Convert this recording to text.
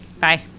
Bye